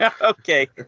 Okay